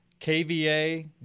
KVA